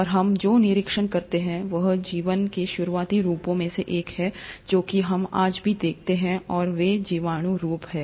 और हम जो निरीक्षण करते हैं वह जीवन के शुरुआती रूपों में से एक है जो कि हम आज भी देखते हैं और वे जीवाणु रूप हैं